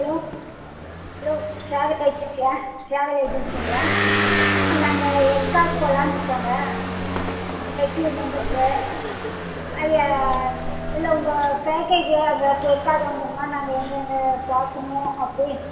hello hello travel ஏஜென்சியா travel ஏஜென்சிங்களா நாங்கள் ஏற்காடு போகலாமுன்னு இருக்கோம்ங்க ஒரு டூ மெம்பர்ஸு அது உங்கள் பேக்கேஜ் அங்கே ஏற்காடு வந்தோம்னா நாங்கள் எங்கெங்க பார்க்கணும் அப்படியே